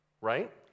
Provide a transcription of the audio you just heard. Right